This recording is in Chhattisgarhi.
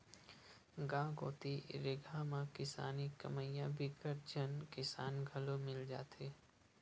गाँव कोती रेगहा म किसानी कमइया बिकट झन किसान घलो मिल जाथे